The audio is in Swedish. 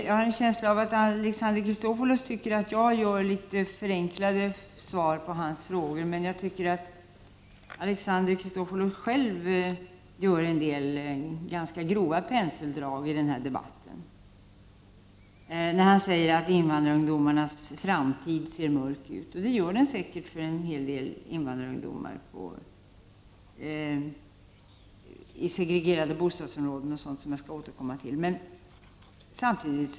Jag har en känsla av att Alexander Chrisopoulos tycker att jag ger litet förenklade svar på hans frågor. Men jag tycker att Alexander Chrisopoulos själv gör en del ganska grova penseldrag i denna debatt när han säger att invandrarungdomarnas framtid ser mörk ut. Det gör den säkert för en hel del invandrarungdomar i segregerade bostadsområden. Jag skall återkomma senare till bl.a. detta.